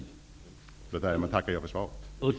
Därmed tackar jag för svaret.